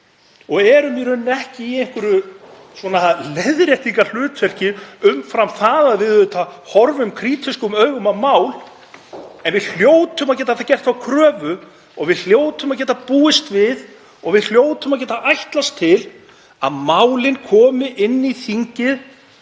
og erum í rauninni ekki í einhverju leiðréttingarhlutverkið umfram það að við horfum auðvitað krítískum augum á mál. En við hljótum að geta gert þá kröfu og við hljótum að geta búist við og við hljótum að geta ætlast til að málin komi inn í þingið